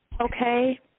Okay